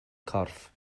corff